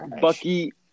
Bucky